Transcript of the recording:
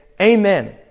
amen